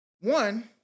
One